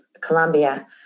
Colombia